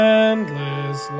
endless